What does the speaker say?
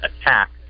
attack